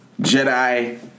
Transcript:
Jedi